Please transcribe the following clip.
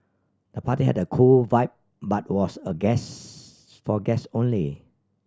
the party had a cool vibe but was a guests for guests only